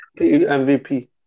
MVP